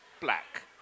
black